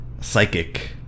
psychic